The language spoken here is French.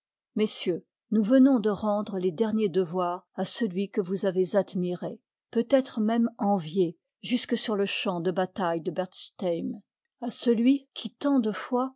messieurs nous venons de rendre les derniers devoirs à celui que vous avez admiré peut-être même envié jusque sur le champ de ba taille de berstheim à celui qui tant de i